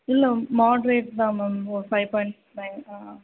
இல்லை மாடரேட் தான் மேம் ஒரு ஃபைவ் பாயிண்ட் ஃபைவ்